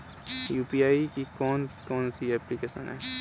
UPI की कौन कौन सी एप्लिकेशन हैं?